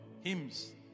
Hymns